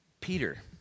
Peter